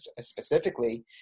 specifically